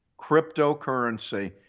cryptocurrency